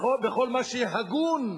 בכל מה שהגון,